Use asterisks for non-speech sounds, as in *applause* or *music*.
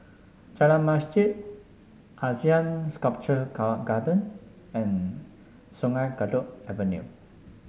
Jalan Masjid Asean Sculpture *unintelligible* Garden and Sungei Kadut Avenue